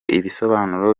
ibisobanuro